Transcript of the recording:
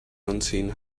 unseen